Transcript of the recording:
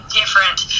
different